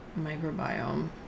microbiome